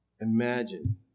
Imagine